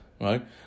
Right